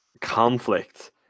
Conflict